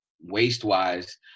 waste-wise